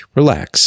relax